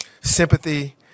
sympathy